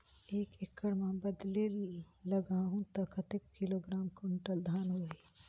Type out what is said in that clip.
एक एकड़ मां बदले लगाहु ता कतेक किलोग्राम कुंटल धान होही?